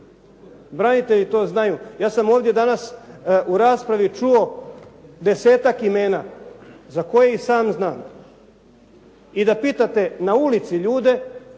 Branitelji to znaju, ja sam ovdje danas u raspravi čuo desetak imena za koje sam znam, i da pitate na ulici ljude,